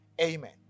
Amen